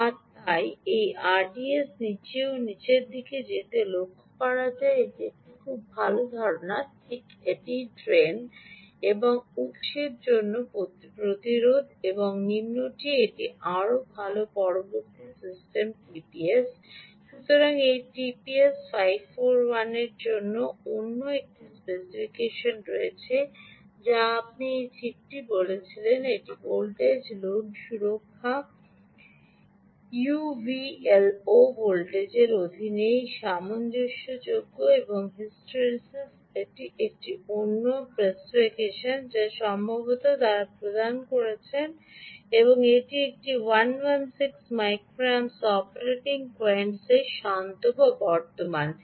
আর তাই আরডিএসের নীচে ও নিচের দিকে যেতে লক্ষ্য করা একটি ভাল ধারণা ঠিক এটিই ড্রেন এবং উত্সের মধ্যে প্রতিরোধ এবং নিম্নটি এটি আরও ভাল পরবর্তী সিস্টেম সুতরাং এটি টিপিএস 541 এর পরে অন্য একটি স্পেসিফিকেশন রয়েছে যা আপনি এই চিপটি বলেছিলেন এটি ভোল্টেজ লোড সুরক্ষা ইউভিএলও ভোল্টেজের অধীনে এই সামঞ্জস্যযোগ্য এবং হিস্টেরিসিস এটি অন্য একটি স্পেসিফিকেশন যা সম্ভবত তারা প্রদান করেছেন একটি 116 মাইক্রো অ্যাম্পস অপারেটিং কোয়েসেন্ট শান্ত বর্তমান